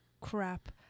crap